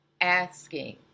asking